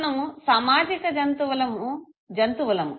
మనము సామాజిక జంతువులము